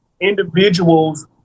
individuals